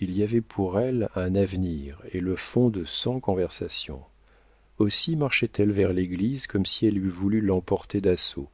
il y avait pour elle un avenir et le fond de cent conversations aussi marchait elle vers l'église comme si elle eût voulu l'emporter d'assaut